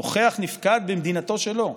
נוכח-נפקד במדינתו שלו,